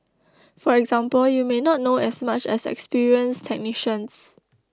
for example you may not know as much as experienced technicians